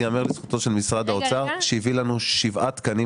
ייאמר לזכותו של משרד האוצר שהביא לנו שבעה תקנים